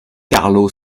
carlo